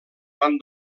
van